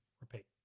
repeat